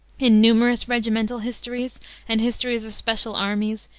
in numerous regimental histories and histories of special armies,